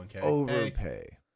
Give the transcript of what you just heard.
overpay